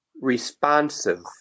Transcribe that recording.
responsive